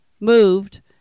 moved